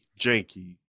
janky